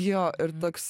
jo ir toks